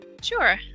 Sure